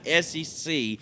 SEC